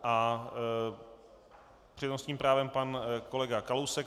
S přednostním právem pan kolega Kalousek.